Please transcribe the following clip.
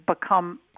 become